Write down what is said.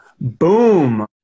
boom